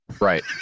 Right